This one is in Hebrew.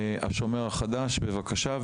׳השומר החדש׳, בבקשה.